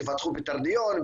תפתחו בתרדיון,